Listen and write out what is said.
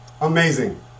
Amazing